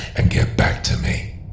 and get back to me.